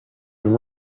and